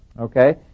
Okay